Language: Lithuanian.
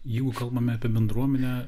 jeigu kalbame apie bendruomenę